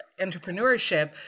entrepreneurship